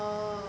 oh